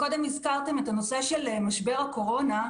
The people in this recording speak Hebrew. קודם הזכרתם את הנושא של משבר הקורונה.